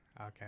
Okay